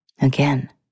Again